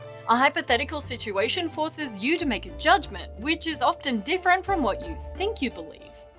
a hypothetical situation forces you to make a judgement, which is often different from what you think you believe.